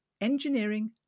Engineering